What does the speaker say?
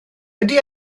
ydy